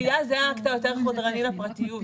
הצפייה זה האקט היותר חודרני לפרטיות.